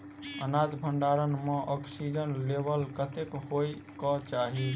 अनाज भण्डारण म ऑक्सीजन लेवल कतेक होइ कऽ चाहि?